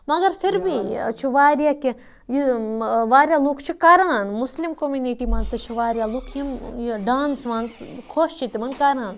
مگر پھر بھی چھُ واریاہ کیںٛہہ یہِ واریاہ لُکھ چھِ کَران مُسلِم کوٚمنِٹی منٛز تہِ چھِ واریاہ لُکھ یِم یہِ ڈانٕس وانٕس خۄش چھِ تِمَن کَران